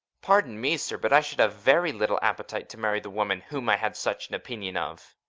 pardon me, sir but i should have very little appetite to marry the woman whom i had such an opinion of.